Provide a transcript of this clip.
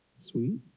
Sweet